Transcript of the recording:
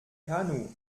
kanu